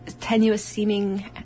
tenuous-seeming